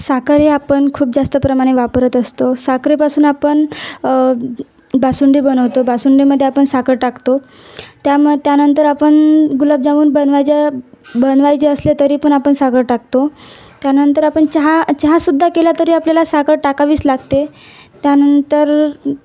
साखर हे आपण खूप जास्त प्रमाणे वापरत असतो साखरेपासून आपण बासुंदी बनवतो बासुंदीमध्ये आपण साखर टाकतो त्याम त्यानंतर आपण गुलाबजामुन बनवायच्या बनवायचे असले तरी पण आपण साखर टाकतो त्यानंतर आपण चहा चहासुद्धा केला तरी आपल्याला साखर टाकावीच लागते त्यानंतर